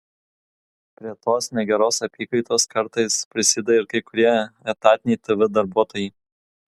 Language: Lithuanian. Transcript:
prie tos negeros apykaitos kartais prisideda ir kai kurie etatiniai tv darbuotojai